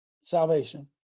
salvation